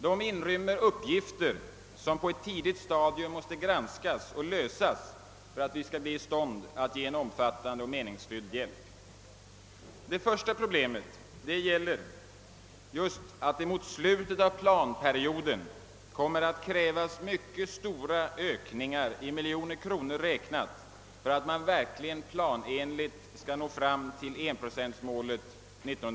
De inrymmer uppgifter som på ett tidigt stadium måste granskas och lösas för att vi skall bli i stånd att ge en omfattande och meningsfylld hjälp. Det första problemet gäller att det mot slutet av planperioden kommer att krävas mycket stora ökningar, i miljoner kronor räknat, för att man verkligen planenligt skall nå fram till 1 procentsmålet 1974/75.